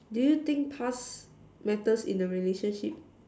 do you think past matters in a relationship